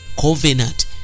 covenant